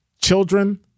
children